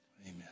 Amen